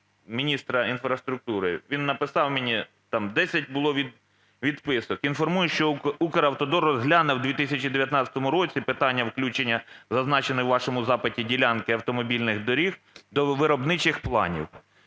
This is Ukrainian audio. міністра інфраструктури. Він написав мені (там 10 було відписок): "Інформую, що "Укравтодор" розгляне в 2019 році питання включення зазначені у вашому запиті ділянки автомобільних доріг до виробничих планів".